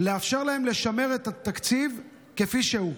לאפשר להם לשמר את התקציב כפי שהוא.